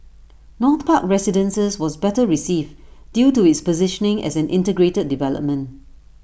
north park residences was better received due to its positioning as an integrated development